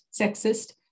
sexist